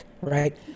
right